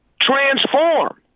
transform